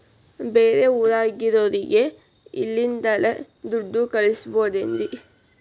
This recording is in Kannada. ಬೇರೆ ಊರಾಗಿರೋರಿಗೆ ಇಲ್ಲಿಂದಲೇ ದುಡ್ಡು ಕಳಿಸ್ಬೋದೇನ್ರಿ?